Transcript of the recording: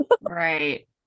right